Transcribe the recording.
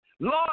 Lord